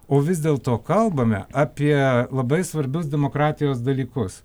o vis dėlto kalbame apie labai svarbius demokratijos dalykus